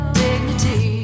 dignity